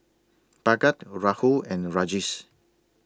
Bhagat Rahul and Rajesh